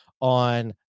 on